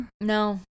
no